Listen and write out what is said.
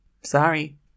Sorry